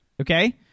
Okay